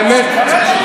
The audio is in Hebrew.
(חבר הכנסת יואב בן צור יוצא מאולם המליאה.)